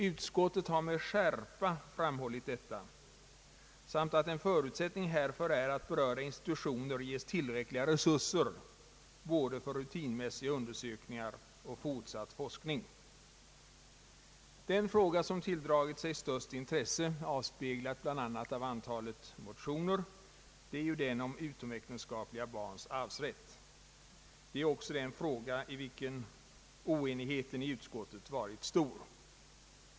Utskottet har med skärpa framhållit detta samt anfört att en förutsättning härför är att berörda institutioner ges tillräckliga resurser både för rutinmässiga undersökningar och fortsatt forskning. Den fråga som tilldragit sig största intresse — något som avspeglas i antalet väckta motioner — är den om utomäktenskapliga barns arvsrätt. Det är också den fråga, i vilken oenigheten i utskottet varit stor.